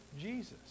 Jesus